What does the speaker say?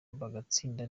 bagatsinda